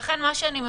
לכן אני מבקשת